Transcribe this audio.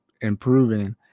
improving